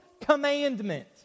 commandment